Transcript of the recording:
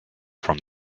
from